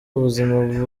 ubuzima